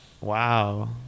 Wow